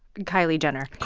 kylie jenner